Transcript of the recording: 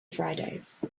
fridays